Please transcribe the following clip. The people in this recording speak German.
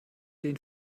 denen